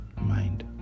mind